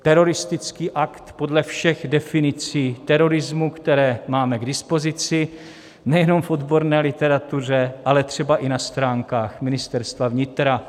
Teroristický akt podle všech definicí terorismu, které máme k dispozici nejenom v odborné literatuře, ale třeba i na stránkách Ministerstva vnitra.